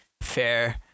fair